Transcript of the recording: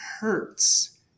hurts